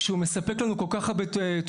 שהוא מספק לנו כל כך הרבה תועלות,